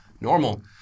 normal